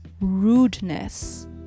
rudeness